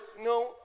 no